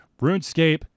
RuneScape